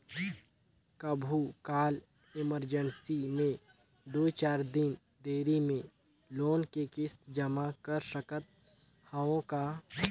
कभू काल इमरजेंसी मे दुई चार दिन देरी मे लोन के किस्त जमा कर सकत हवं का?